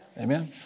Amen